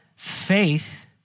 Faith